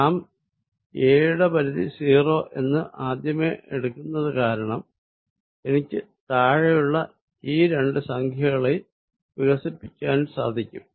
നാം എ യുടെ പരിധി 0 എന്ന് ആദ്യമേ എടുക്കുന്നത് കാരണം എനിക്ക് താഴെയുള്ള ഈ രണ്ടു സംഖ്യകളെ വികസിപ്പിക്കാൻ സാധിക്കും